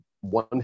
one